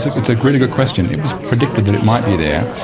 that's a really good question. it was predicted that it might be there.